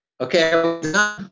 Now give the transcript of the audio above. Okay